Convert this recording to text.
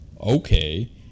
okay